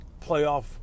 Playoff